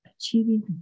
achieving